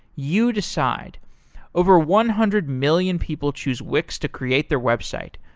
you decide over one hundred million people choose wix to create their website.